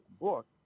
book